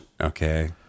Okay